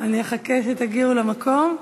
אני אחכה שתגיעו למקום.